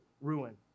ruin